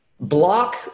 block